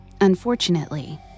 Unfortunately